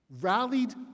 rallied